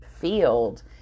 field